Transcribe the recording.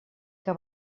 que